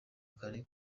kare